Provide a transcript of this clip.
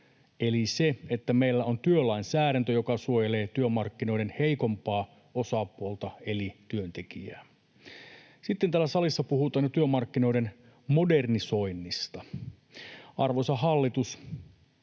eli se, että meillä on työlainsäädäntö, joka suojelee työmarkkinoiden heikompaa osapuolta eli työntekijää? Sitten täällä salissa puhutaan jo työmarkkinoiden modernisoinnista. Arvoisa hallitus,